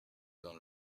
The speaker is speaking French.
dans